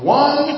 one